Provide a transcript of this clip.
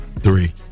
Three